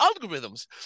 algorithms